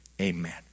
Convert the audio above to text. Amen